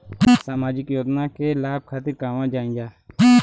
सामाजिक योजना के लाभ खातिर कहवा जाई जा?